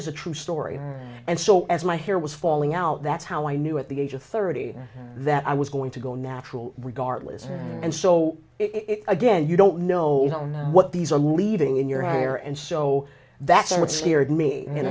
is a true story and so as my hair was falling out that's how i knew at the age of thirty that i was going to go natural regardless and so it's again you don't know you don't know what these are leaving in your hair and so that's what scared me